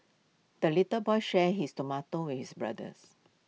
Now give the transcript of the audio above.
the little boy shared his tomato with his brothers